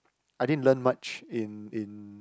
I didn't learn much in in